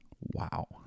Wow